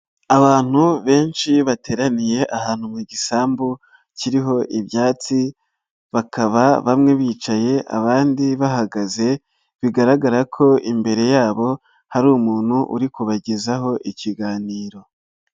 Abantu benshi bateraniye ahantu mu gisambu kiriho ibyatsi bakaba bamwe bicaye abandi bahagaze, bigaragara ko imbere yabo hari umuntu uri kubagezaho ikiganiro.